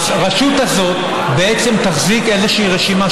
הרשות הזאת בעצם תחזיק איזושהי רשימה